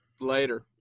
Later